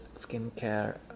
skincare